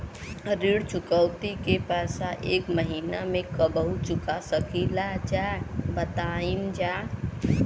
ऋण चुकौती के पैसा एक महिना मे कबहू चुका सकीला जा बताईन जा?